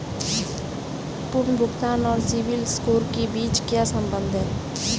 पुनर्भुगतान और सिबिल स्कोर के बीच क्या संबंध है?